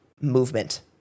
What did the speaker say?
movement